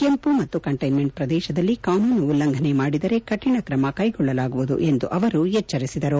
ಕೆಂಪು ಮತ್ತು ಕಂಟೈನ್ಲೆಂಟ್ ಪ್ರದೇಶದಲ್ಲಿ ಕಾನೂನು ಉಲ್ಲಂಘನೆ ಮಾಡಿದರೆ ಕಠಿಣ ಕ್ರಮ ಕೈಗೊಳ್ಳಲಾಗುವುದು ಎಂದು ಅವರು ಎಚ್ಚರಿಸಿದರು